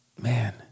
man